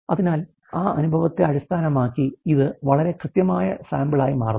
അതിനാൽ ആ അനുഭവത്തെ അടിസ്ഥാനമാക്കി ഇത് വളരെ കൃത്യമായ സാമ്പിളായി മാറുന്നു